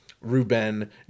Ruben